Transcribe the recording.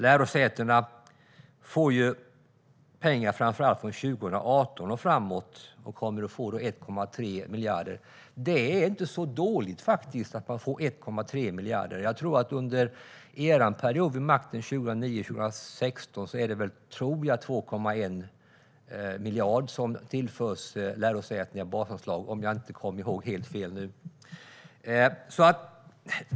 Lärosätena får pengar framför allt från 2018 och framåt och kommer då att få 1,3 miljarder. Det är faktiskt inte så dåligt att få 1,3 miljarder. Under er period vid makten var det, om jag inte kommer ihåg helt fel, 2,1 miljarder som tillfördes lärosätena i basanslag för 2009-2016.